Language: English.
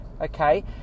okay